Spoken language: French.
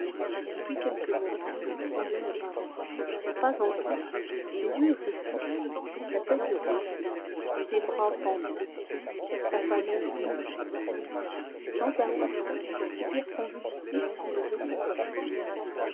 depuis quelques moments il semblait ne pas voir ne pas entendre ses yeux étaient fixes sa tête baissée ses bras pendants sa pâleur livide de temps à autre un soupir convulsif soulevait sa poitrine